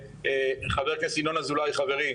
חבר הכנסת ינון אזולאי חברי,